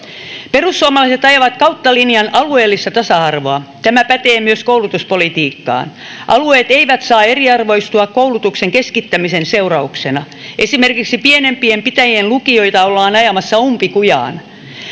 perussuomalaiset ajavat kautta linjan alueellista tasa arvoa tämä pätee myös koulutuspolitiikkaan alueet eivät saa eriarvoistua koulutuksen keskittämisen seurauksena esimerkiksi pienempien pitäjien lukioita ollaan ajamassa umpikujaan